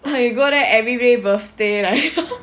you go there everyday birthday